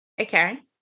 Okay